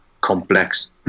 complex